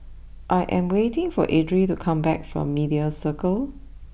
I am waiting for Adriel to come back from Media Circle